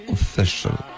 Official